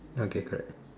okay correct